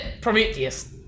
Prometheus